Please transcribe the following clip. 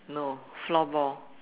no floorball